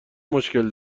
مشکل